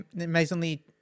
amazingly